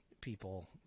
people